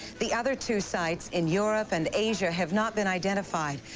the other two sites, in europe and asia have not been identified.